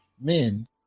men